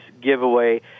giveaway